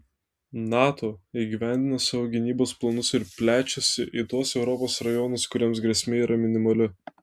nato įgyvendina savo gynybos planus ir plečiasi į tuos europos rajonus kuriems grėsmė yra minimali